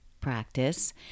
practice